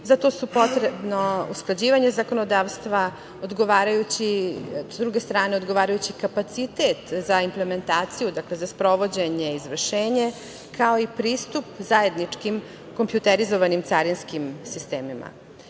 Zato je potrebno usklađivanje zakonodavstva, odgovarajući kapacitet za implementaciju, dakle za sprovođenje i izvršenje, kao i pristup zajedničkim kompjuterizovanim carinskim sistemima. Ova